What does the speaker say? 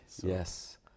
yes